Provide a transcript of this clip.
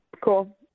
Cool